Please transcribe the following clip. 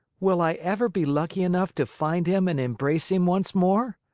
will i ever be lucky enough to find him and embrace him once more?